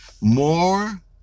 more